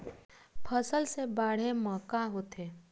फसल से बाढ़े म का होथे?